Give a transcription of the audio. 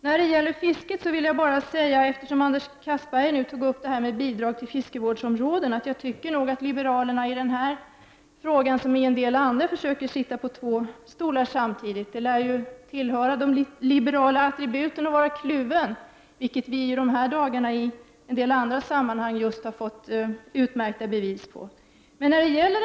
När det gäller fisket vill jag bara säga, eftersom Anders Castberger tog upp frågan om bidrag till fiskevårdsområden, att jag tycker att liberalerna i denna fråga liksom i en del andra försöker sitta på två stolar samtidigt. Det lär tillhöra de liberala attributen att vara kluven, och det har vi i dessa dagar i andra sammanhang fått utmärkta bevis för.